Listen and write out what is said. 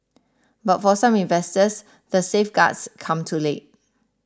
but for some investors the safeguards come too late